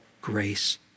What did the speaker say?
grace